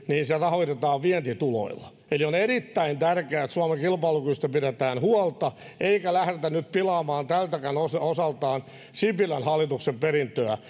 rahoitetaan vientituloilla eli on erittäin tärkeää että suomen kilpailukyvystä pidetään huolta eikä lähdetä nyt pilaamaan tältäkään osalta sipilän hallituksen perintöä